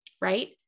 Right